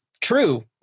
true